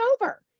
over